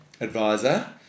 advisor